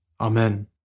Amen